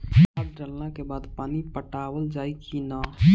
खाद डलला के बाद पानी पाटावाल जाई कि न?